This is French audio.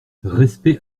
respect